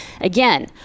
Again